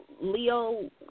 Leo